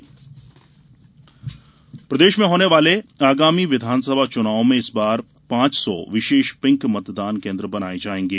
pink मतदान केन्द्र प्रदेश में होने वाले आगामी विधानसभा चुनाव में इस बार पांच सौ विशेष पिंक मतदान केन्द्र बनाये जायेंगे